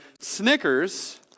Snickers